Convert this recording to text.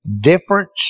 difference